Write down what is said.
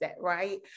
right